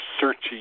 searching